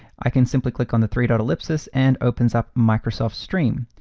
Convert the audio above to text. i can simply click on the three dot ellipses and opens up microsoft stream.